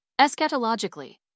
Eschatologically